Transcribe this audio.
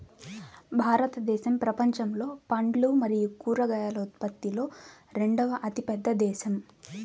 భారతదేశం ప్రపంచంలో పండ్లు మరియు కూరగాయల ఉత్పత్తిలో రెండవ అతిపెద్ద దేశం